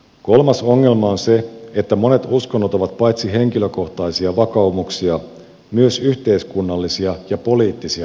kolmas ongelma on se että monet uskonnot ovat paitsi henkilökohtaisia vakaumuksia myös yhteiskunnallisia ja poliittisia ideologioita